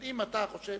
אבל אם אתה חושב